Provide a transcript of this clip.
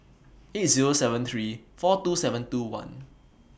eight Zero seven three four two seven two one